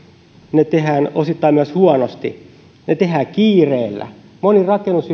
ne tehdään osittain myös huonosti ne tehdään kiireellä